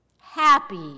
happy